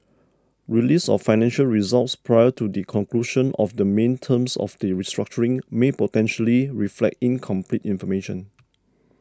release of financial results prior to the conclusion of the main terms of the restructuring may potentially reflect incomplete information